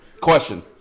question